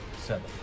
seven